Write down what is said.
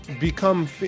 become